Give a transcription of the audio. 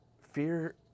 Fear